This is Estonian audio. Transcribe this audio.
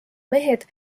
mehed